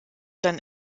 dann